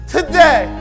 Today